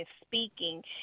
speaking